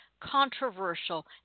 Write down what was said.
controversial